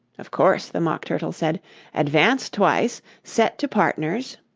of course the mock turtle said advance twice, set to partners